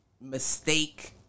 mistake